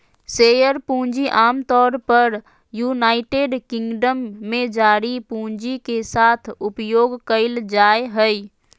share पूंजी आमतौर पर यूनाइटेड किंगडम में जारी पूंजी के साथ उपयोग कइल जाय हइ